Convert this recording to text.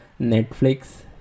Netflix